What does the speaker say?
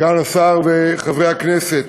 סגן השר וחברי הכנסת,